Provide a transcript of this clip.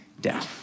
down